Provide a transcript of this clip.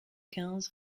quinze